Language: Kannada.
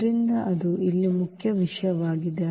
ಆದ್ದರಿಂದ ಅದು ಇಲ್ಲಿ ಮುಖ್ಯ ವಿಷಯವಾಗಿದೆ